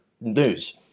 news